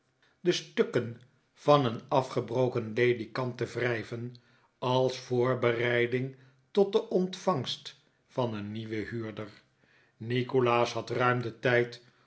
de stukken van een afgebroken ledikant te wrijven als voorbereiding tot de ontvangst van een nieuwen huurder nikolaas had ruim den tijd